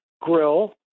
grill